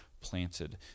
planted